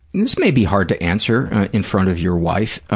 this may be hard to answer in front of your wife,